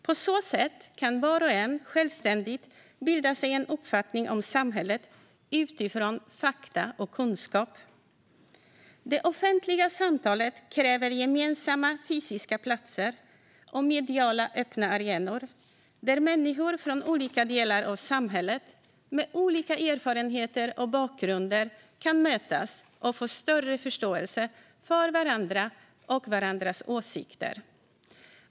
På så sätt kan var och en självständigt bilda sig en uppfattning om samhället utifrån fakta och kunskap. Det offentliga samtalet kräver gemensamma fysiska platser och mediala öppna arenor där människor från olika delar av samhället, med olika erfarenheter och bakgrunder, kan mötas och få större förståelse för varandra och varandras åsikter.